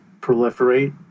proliferate